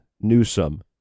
Newsom